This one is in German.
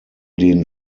den